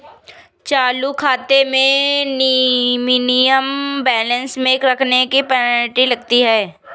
चालू खाते में मिनिमम बैलेंस नहीं रखने पर पेनल्टी लगती है